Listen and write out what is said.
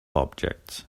object